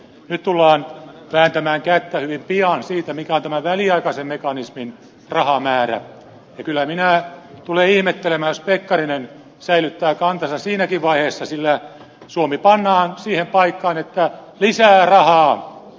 nyt tullaan vääntämään kättä hyvin pian siitä mikä on tämän väliaikaisen mekanismin rahamäärä ja kyllä minä tulen ihmettelemään jos pekkarinen säilyttää kantansa siinäkin vaiheessa sillä suomi pannaan siihen paikkaan että lisää rahaa